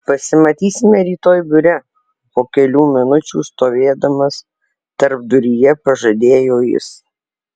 pasimatysime rytoj biure po kelių minučių stovėdamas tarpduryje pažadėjo jis